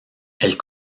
elle